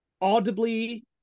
audibly